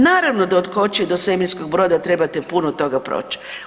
Naravno da od kočije do svemirskog broda trebate puno toga proći.